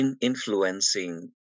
influencing